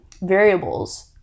variables